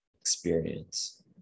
experience